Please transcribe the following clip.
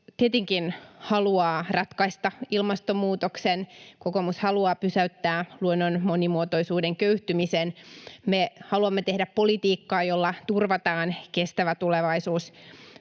tietenkin haluaa ratkaista ilmastonmuutoksen. Kokoomus haluaa pysäyttää luonnon monimuotoisuuden köyhtymisen. Me haluamme tehdä politiikkaa, jolla turvataan kestävä tulevaisuus